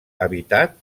habitat